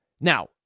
Now